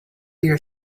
your